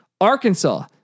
Arkansas